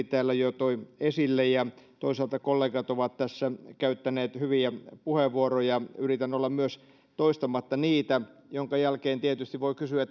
täällä jo toi esille ja toisaalta kollegat ovat tässä käyttäneet hyviä puheenvuoroja yritän myös olla toistamatta niitä minkä jälkeen tietysti voi kysyä